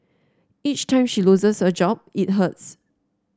each time she loses a job it hurts